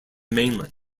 mainland